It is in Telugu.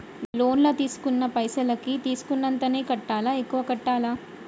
లోన్ లా తీస్కున్న పైసల్ కి తీస్కున్నంతనే కట్టాలా? ఎక్కువ కట్టాలా?